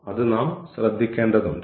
അത് നാം ശ്രദ്ധിക്കേണ്ടതുണ്ട്